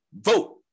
vote